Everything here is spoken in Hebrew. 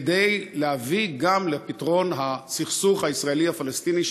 כדי להביא גם לפתרון הסכסוך הישראלי פלסטיני,